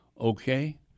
Okay